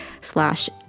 slash